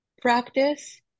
practice